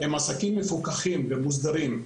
הם עסקים מפוקחים ומוסדרים.